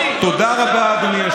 תודה רבה, אדוני היושב-ראש.